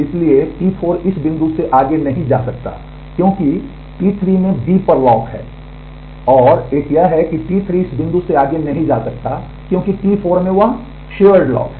इसलिए T4 इस बिंदु से आगे नहीं जा सकता क्योंकि T3 में B पर लॉक है और एक यह है कि T3 इस बिंदु से आगे नहीं जा सकता क्योंकि T4 में वह साझा लॉक है